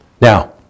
Now